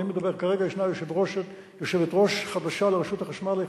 כרגע יש יושבת-ראש חדשה לרשות החשמל,